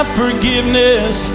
forgiveness